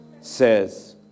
says